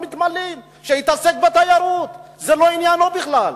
שיתעסק בתיירות, זה לא עניינו בכלל.